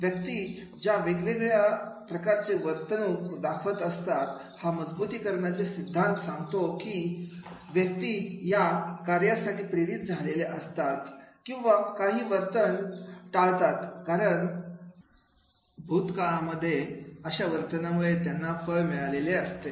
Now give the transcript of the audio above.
व्यक्ती ज्या वेगवेगळ्या प्रकारचे वर्तणूक दाखवत असतात हा मजबुतीकरणाचे सिद्धांत सांगतो की व्यक्ती या कार्यासाठी प्रेरित झालेल्या असतात किंवा काही वर्तन टाळतात कारण पण भूत का मध्ये अशा वर्तनामुळे त्यांना त्याचे फळ मिळाले असते